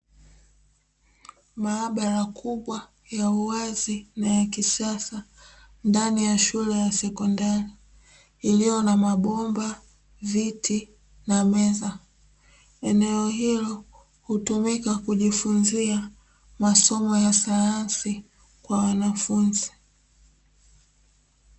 Maabara kubwa ya uwazi na yakisasa ndani ya shule ya sekondari iliyo na mabomba, viti, na meza eneo hilo hutumika kujifunzia masomo ya sayansi kwa wanafunzi.